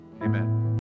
Amen